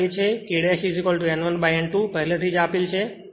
તો આ K છે અને K N1 N2 પહેલેથી જ આપેલ છે